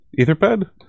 etherpad